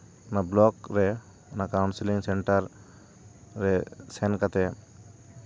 ᱱᱚᱣᱟ ᱵᱞᱚᱠ ᱨᱮ ᱚᱱᱟ ᱠᱟᱣᱩᱱᱥᱤᱞᱤᱝ ᱥᱮᱱᱴᱟᱨ ᱨᱮ ᱥᱮᱱ ᱠᱟᱛᱮ